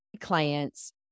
clients